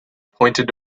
pointed